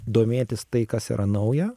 domėtis tai kas yra nauja